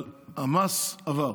אבל המס עבר,